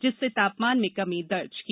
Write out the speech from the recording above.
जिससे तापमान मे कमी दर्ज की गई